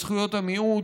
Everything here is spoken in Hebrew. בזכויות המיעוט,